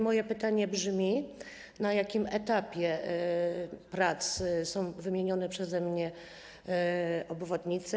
Moje pytanie brzmi, na jakim etapie prac są wymienione przeze mnie obwodnice.